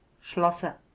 schlosser